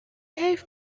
حیف